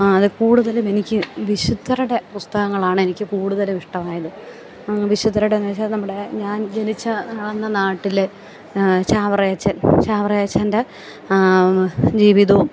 കൂടുതലും എനിക്ക് വിശുദ്ധരുടെ പുസ്തകങ്ങളാണ് എനിക്ക് കൂടുതലും ഇഷ്ടമായത് വിശുദ്ധരുടെ എന്നുവെച്ചാൽ നമ്മുടെ ഞാൻ ജനിച്ച അങ്ങ് നാട്ടിലെ ചാവറയച്ചൻ ചാവറയച്ചൻ്റെ ജീവിതവും